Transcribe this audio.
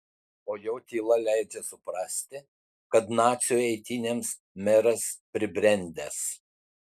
o jo tyla leidžia suprasti kad nacių eitynėms meras pribrendęs